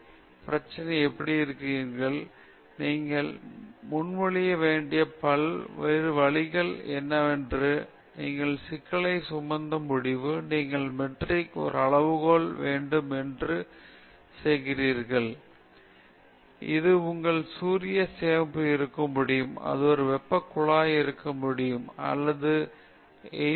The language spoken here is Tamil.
எனவே இந்த விஷயத்தில் நீங்கள் பல நோக்கம் தேர்வுமுறை பிரச்சனை எப்படி இருக்கிறீர்கள் என்ன நீங்கள் முன்மொழிய வேண்டிய பல்வேறு வழிகள் என்னவென்றால் நீங்கள் சிக்கலை சுமத்த முடியும் அல்லது நீங்கள் மெட்ரிக் ஒரு அளவுகோல் வேண்டும் உங்கள் சாதனத்தின் செயல்திறன் அது உங்கள் சூரிய சேகரிப்பு இருக்க முடியும் அது ஒரு வெப்ப குழாய் இருக்க முடியும் அல்லது அது ஜெட் imeting ஜெட் என்ன இருக்க முடியும் நாம் வேறு சில இந்த யோசிக்க முடியும்